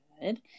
Good